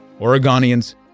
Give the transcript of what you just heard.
Oregonians